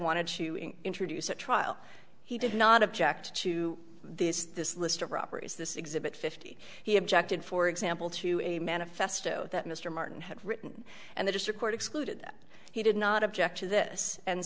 wanted to introduce at trial he did not object to this this list of properties this exhibit fifty he objected for example to a manifesto that mr martin had written and the district court excluded that he did not object to this and